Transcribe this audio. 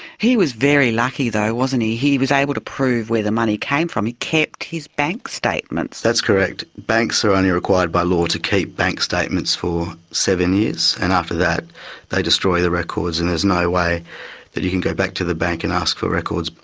he was very lucky though, wasn't he, he was able to prove where the money came from, he kept his bank statements. that's correct. banks are only required by law to keep bank statements for seven years, and after that they destroy the records and there's no way that you can go back to the bank and ask for records.